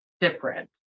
different